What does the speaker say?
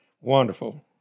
Wonderful